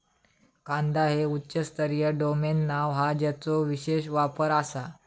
कांदा हे उच्च स्तरीय डोमेन नाव हा ज्याचो विशेष वापर आसा